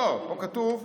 מה כתוב?